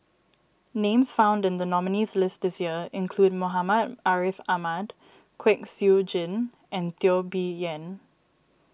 names found in the nominees' list this year include Muhammad Ariff Ahmad Kwek Siew Jin and Teo Bee Yen